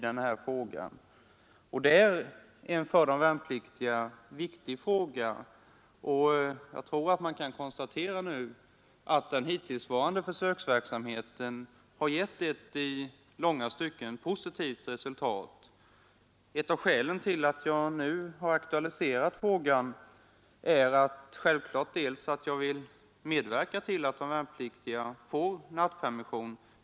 Detta är en för de värnpliktiga viktig fråga, och jag tror att den hittillsvarande försöksverksamheten har gett ett i långa stycken positivt resultat. Ett av skälen till att jag aktualiserat frågan är självfallet att jag vill medverka till att de värnpliktiga får ständig nattpermission.